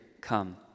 come